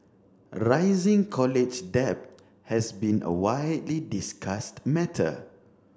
rising college debt has been a widely discussed matter